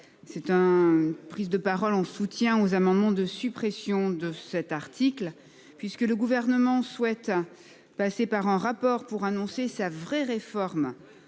C'est un prise de parole en soutien aux amendements de suppression de cet article, puisque le gouvernement souhaite. Passer par un rapport pour annoncer sa vraie réforme.